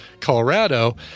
Colorado